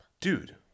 Dude